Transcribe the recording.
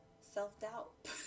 self-doubt